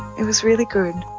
it was really good.